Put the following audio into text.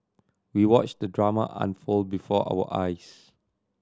we watched the drama unfold before our eyes